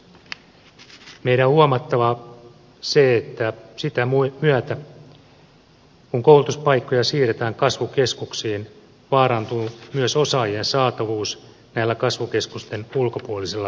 meidän on huomattava se että sitä myötä kun koulutuspaikkoja siirretään kasvukeskuksiin vaarantuu myös osaajien saatavuus näillä kasvukeskusten ulkopuolisilla alueilla